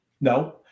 No